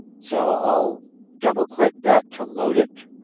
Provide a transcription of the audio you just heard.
so i'll double click that to load it.